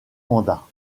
mandat